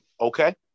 Okay